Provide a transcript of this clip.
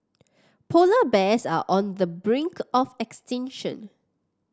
polar bears are on the brink of extinction